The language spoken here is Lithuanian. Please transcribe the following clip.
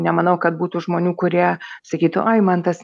nemanau kad būtų žmonių kurie sakytų ai man tas